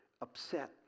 upset